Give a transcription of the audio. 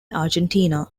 argentina